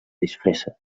disfressa